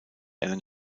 alan